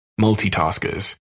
multitaskers